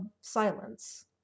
silence